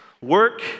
Work